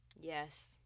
Yes